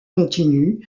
continu